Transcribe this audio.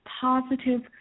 positive